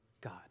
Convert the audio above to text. God